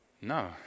No